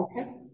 Okay